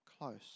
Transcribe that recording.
close